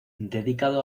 dedicado